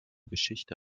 geschichte